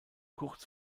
kurz